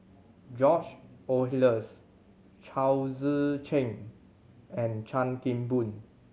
George Oehlers Chao Tzee Cheng and Chan Kim Boon